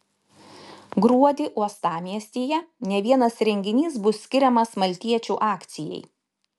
gruodį uostamiestyje ne vienas renginys bus skiriamas maltiečių akcijai